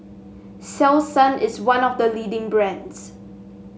selsun is one of the leading brands